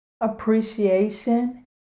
appreciation